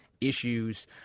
issues